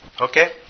Okay